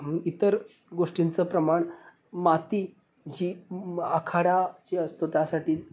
इतर गोष्टींचं प्रमाण माती जी आखाडा जी असतो त्यासाठी